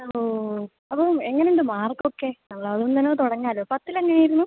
ഓ അപ്പം എങ്ങനെ ഉണ്ട് മാർക്ക് ഒക്കെ ഞങ്ങൾ അതീന്നെന്നെ തുടങ്ങാലൊ പത്തിൽ എങ്ങനെ ആയിരുന്നു